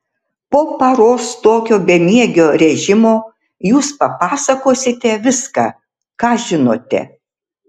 po paros tokio bemiegio režimo jūs papasakosite viską ką žinote